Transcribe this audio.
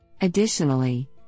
Additionally